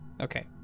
Okay